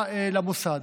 למוסד.